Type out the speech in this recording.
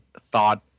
thought